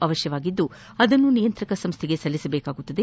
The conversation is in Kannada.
ಅವಶ್ಯಕವಾಗಿದ್ದು ಅದನ್ನು ನಿಯಂತ್ರಕ ಸಂಸ್ನೆಗೆ ಸಲ್ಲಿಸಬೇಕಾಗಿದೆ